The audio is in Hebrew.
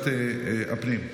אני חושב לקחת את זה לוועדת הפנים.